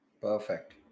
Perfect